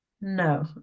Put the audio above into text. No